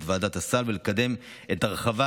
את ועדת הסל ולקדם את הרחבת